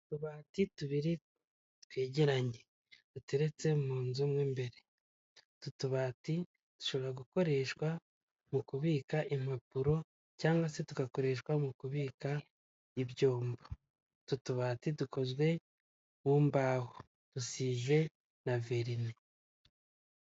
Aba ni abantu batatu, umwe muri bo asa nk'ukuze, ni umudamu wishimye afite umwana mu ntoki, hari undi uryamye wambaye ibintu by'umweru bisa nk'aho ari kwa muganga, hamwe n'ubwishingizi bwo kwivuza ku giti cyawe n'abagize umuryango ikizere cy'ejo hazaza, ibyishimo by'umuryango, ni amagambo yanditse ku cyapa cyamamaza baherereyeho.